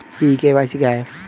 ई KYC क्या है?